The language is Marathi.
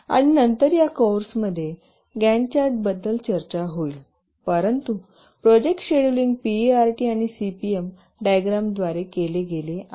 आणि नंतर या कोर्समध्ये गॅन्ट चार्ट बद्दल चर्चा होईल परंतु प्रोजेक्ट शेडूलिंग पीईआरटी आणि सीपीएम डायग्रामद्वारे केले गेले आहे